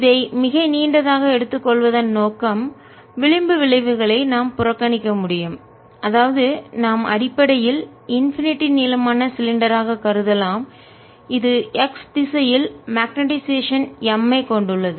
இதை மிக நீண்டதாக எடுத்துக் கொள்வதன் நோக்கம் விளிம்பு விளைவுகளை நாம் புறக்கணிக்க முடியும் அதாவது நாம் அடிப்படையில் இன்பினிட்டி எல்லையற்ற நீளமான சிலிண்டராகக் கருதலாம் இது x திசையில் மக்னெட்டைசேஷன் காந்தமாக்கல் M ஐக் கொண்டுள்ளது